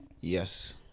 Yes